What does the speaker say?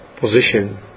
position